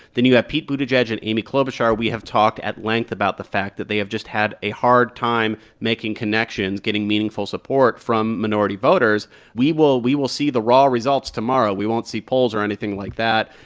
then you have pete buttigieg and amy klobuchar. we have talked at length about the fact that they have just had a hard time making connections, getting meaningful support from minority voters we will we will see the raw results tomorrow. we won't see polls or anything like that.